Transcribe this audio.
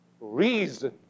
reason